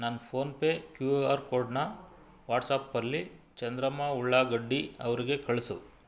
ನನ್ನ PhonePe Q R ಕೋಡನ್ನ ವಾಟ್ಸಪಲ್ಲಿ ಚಂದ್ರಮ್ಮ ಉಳ್ಳಾಗಡ್ಡಿ ಅವ್ರಿಗೆ ಕಳಿಸು